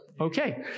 Okay